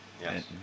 yes